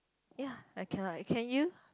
ya I cannot eh can you